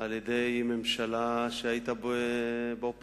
על-ידי הממשלה בזמן שהיית באופוזיציה,